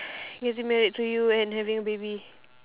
getting married to you and having a baby